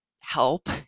help